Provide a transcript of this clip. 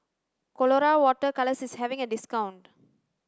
colora water colours is having a discount